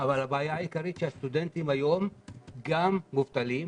אבל הבעיה העיקרית שהסטודנטים היום הם גם מובטלים,